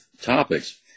topics